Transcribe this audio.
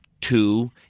two